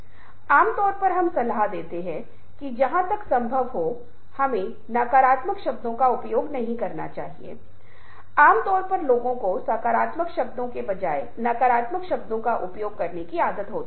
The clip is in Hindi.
इसलिए आप देखते हैं कि ये सभी चीजें कहां चलन में हैं इसलिए हो सकता है कि हमारे पास उनका नेटवर्क न हो जिसे हम अंतिम स्लाइड में डालने का प्रयास करेंगे